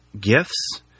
gifts